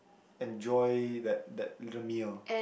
enjoy that that little meal